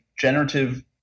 generative